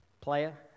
player